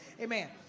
amen